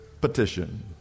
petition